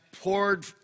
poured